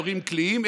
יורים קליעים,